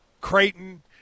Creighton